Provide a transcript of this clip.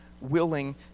willing